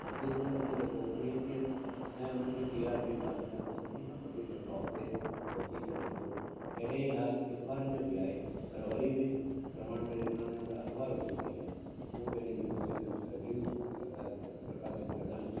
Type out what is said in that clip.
वधीक में वधीक लोकप्रिय थियनि ऐं उन्हनि जो टी आर पी मां समुझा थो सभिनी खां वधीक टॉप ते पहुची सघे थो अहिड़ो ई हाल अख़बारनि जो बि आहे पर वरी बि प्रमाण में ॾिसण वञू त अख़बारूं जेके आहिनि उहो पंहिंजे न्यूज़ चैनल न्यूज़ प्रसारित प्रकाशित करण में